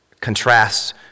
contrasts